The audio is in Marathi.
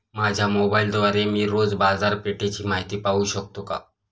माझ्या मोबाइलद्वारे मी रोज बाजारपेठेची माहिती पाहू शकतो का?